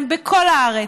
הן בכל הארץ.